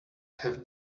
have